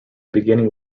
beginning